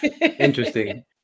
interesting